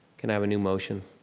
can i have a new motion?